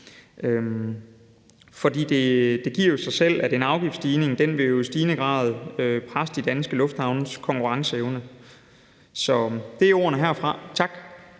For det giver sig selv, at en afgiftsstigning i stigende grad vil presse de danske lufthavnes konkurrenceevne. Så det er ordene herfra. Tak.